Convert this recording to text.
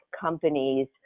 companies